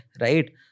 right